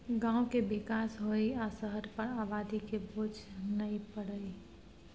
गांव के विकास होइ आ शहर पर आबादी के बोझ नइ परइ